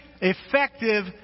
effective